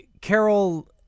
Carol